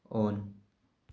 on